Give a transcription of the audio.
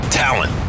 talent